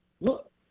Look